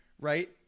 right